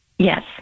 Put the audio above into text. Yes